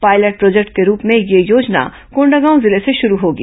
pilot project के रूप में यह योजना कोंडागांव जिले से शुरू होगी